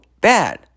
bad